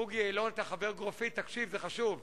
בוגי יעלון, אתה חבר גרופית, תקשיב, זה חשוב.